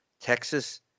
Texas